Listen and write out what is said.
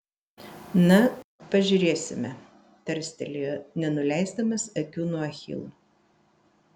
na pažiūrėsime tarstelėjo nenuleisdamas akių nuo achilo